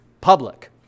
public